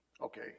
Okay